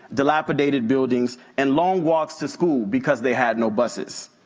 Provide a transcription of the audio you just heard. dilapidated buildings and long walks to school because they had no buses.